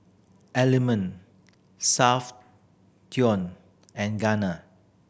Element Soundteoh and Garnier